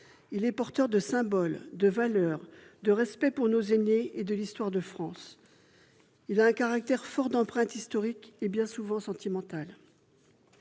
il est porteur de symboles, de valeurs, de respect pour nos aînés et l'histoire de France, ainsi que d'une forte empreinte historique et, bien souvent, sentimentale.